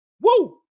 Woo